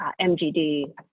MGD